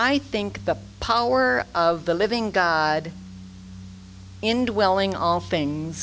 i think the power of the living god indwelling all things